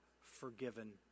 forgiven